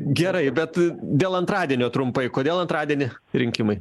gerai bet dėl antradienio trumpai kodėl antradienį rinkimai